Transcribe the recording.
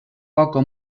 poca